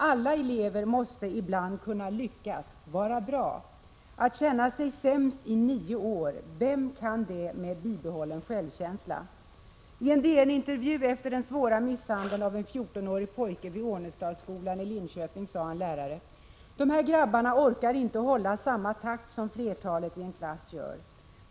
Alla elever måste ibland kunna lyckas, vara bra. Att känna sig sämst i nio år — vem kan det med bibehållen självkänsla? I en DN-intervju efter den svåra misshandeln av en fjortonårig pojke vid Ånestadsskolan i Linköping sade en lärare: ”De här grabbarna orkar inte hålla samma takt som flertalet i en klass gör.